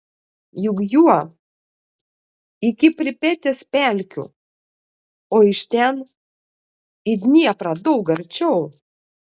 juk juo iki pripetės pelkių o iš ten į dnieprą daug arčiau